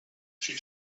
she